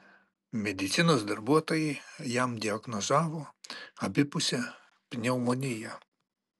medicinos darbuotojai jam diagnozavo abipusę pneumoniją